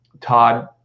Todd